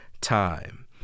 time